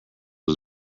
was